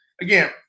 again